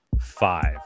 five